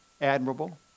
admirable